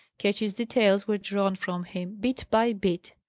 ketch's details were drawn from him, bit by bit.